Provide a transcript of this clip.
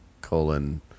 colon